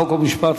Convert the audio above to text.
חוק ומשפט,